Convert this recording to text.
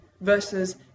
versus